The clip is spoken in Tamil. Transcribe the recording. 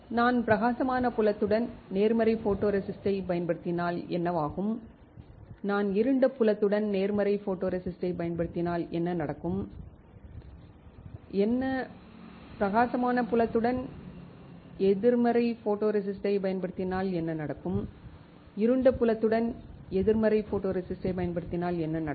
நான் பிரகாசமான புலத்துடன் நேர்மறை ஃபோட்டோரெசிஸ்ட்டைப் பயன்படுத்தினால் என்னவாகும் நான் இருண்ட புலத்துடன் நேர்மறை ஃபோட்டோரெசிஸ்ட்டைப் பயன்படுத்தினால் என்ன நடக்கும் பிரகாசமான புலத்துடன் எதிர்மறை ஃபோட்டோரெசிஸ்ட்டைப் பயன்படுத்தினால் என்ன நடக்கும் இருண்ட புலத்துடன் எதிர்மறை ஃபோட்டோரெசிஸ்ட்டைப் பயன்படுத்தினால் என்ன நடக்கும்